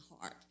heart